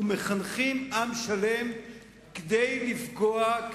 ומחנכים עם שלם כדי לפגוע,